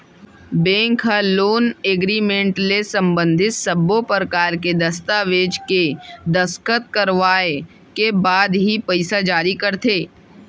bank ह loan agreement ले संबंधित सब्बो परकार के दस्ताबेज के दस्कत करवाए के बाद ही पइसा जारी करथे